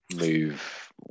move